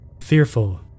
fearful